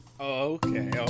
okay